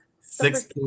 six